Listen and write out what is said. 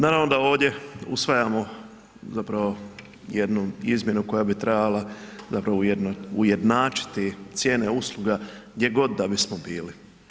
Naravno da ovdje usvajamo zapravo jednu izmjenu koja bi trebala zapravo ujednačiti cijene usluga gdje god da bismo bili.